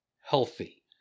healthy